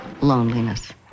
loneliness